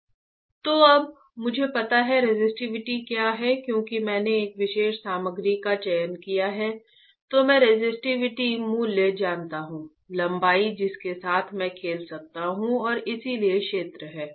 तो अब मुझे पता है कि रेसिस्टिविटी मूल्य जानता हूं लंबाई जिसके साथ मैं खेल सकता हूं और इसलिए क्षेत्र है